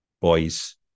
Boys